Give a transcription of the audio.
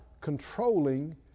controlling